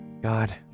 God